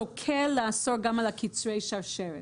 שוקלת לאסור גם על קצרי השרשרת.